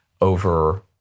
over